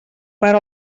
per